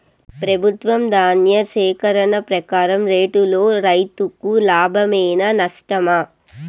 ప్రభుత్వం ధాన్య సేకరణ ప్రకారం రేటులో రైతుకు లాభమేనా నష్టమా?